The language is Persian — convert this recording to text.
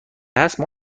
هست